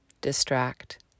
distract